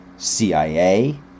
CIA